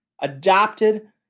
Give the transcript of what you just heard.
Adopted